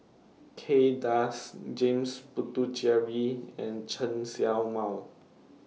Kay Das James Puthucheary and Chen Show Mao